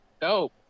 Dope